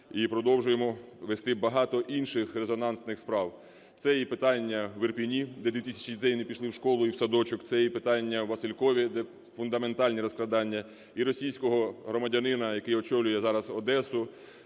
і продовжуємо вести багато інших резонансних справ. Це і питання в Ірпені, де 2 тисячі дітей не пішли в школу і в садочок. Це і питання у Василькові, де фундаментальні розкрадання. І російського громадянина, який очолює зараз Одесу,